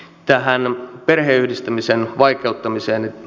tähän perheyhdistämisen vaikeuttamiseen